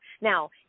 Now